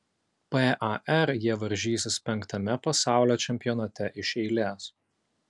par jie varžysis penktame pasaulio čempionate iš eilės